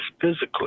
physically